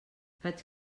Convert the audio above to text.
faig